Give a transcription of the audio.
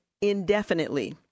indefinitely